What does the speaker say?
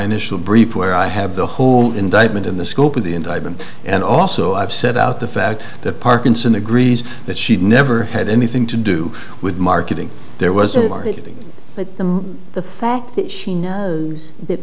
initial brief where i have the whole indictment in the scope of the indictment and also i've set out the fact that parkinson agrees that she'd never had anything to do with marketing there wasn't marketing but them the fact that she knows that